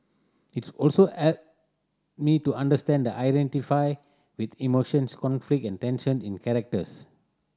its also me to understand the identify with emotions conflict and tension in characters